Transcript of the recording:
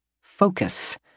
Focus